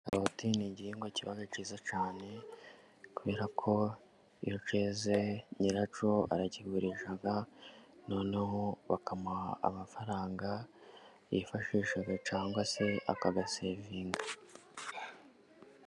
Karoti ni igihingwa cyiza cyane kubera ko iyo keze nyiracyo arakigurisha noneho bakamuha amafaranga yifashisha cyangwa se akayasevinga.